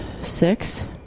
Six